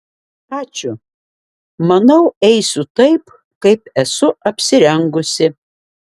ačiū manau eisiu taip kaip esu apsirengusi